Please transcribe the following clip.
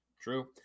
True